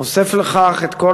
הוסף לכך את כל